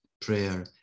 prayer